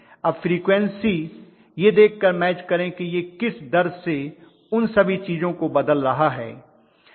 अब फ्रीक्वन्सी यह देखकर मैच करें कि यह किस दर से उन सभी चीजों को बदल रहा है